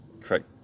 Correct